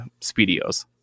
speedios